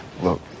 Look